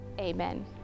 amen